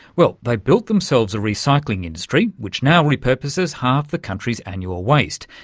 well, they built themselves a recycling industry which now repurposes half the country's annual waste.